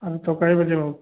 हाँ तो कइ बजे